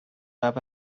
have